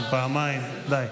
פעם, פעמיים, די.